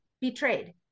betrayed